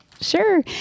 Sure